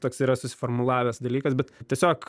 toks yra suformulavęs dalykas bet tiesiog